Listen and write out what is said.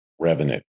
revenue